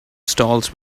stalls